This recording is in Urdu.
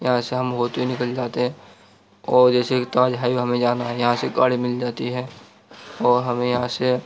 یہاں سے ہم ہوتے نکل جاتے ہیں اور جیسے کہ تاج ہائوے ہمیں جانا ہے یہاں سے گاڑی مل جاتی ہے اور ہمیں یہاں سے